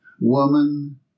Woman